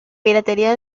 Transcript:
piratería